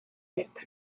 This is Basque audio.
bertan